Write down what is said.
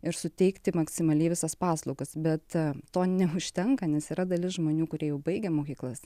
ir suteikti maksimaliai visas paslaugas bet to neužtenka nes yra dalis žmonių kurie jau baigę mokyklas